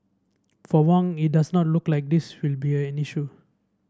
for Wong it does not look like this will be an issue